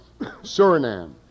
Suriname